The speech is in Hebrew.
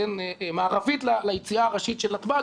מערבית ליציאה הראשית לנתב"ג,